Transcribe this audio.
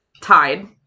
tied